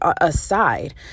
aside